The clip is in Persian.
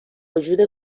وجود